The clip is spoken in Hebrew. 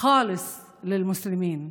בלעדי של המוסלמים.)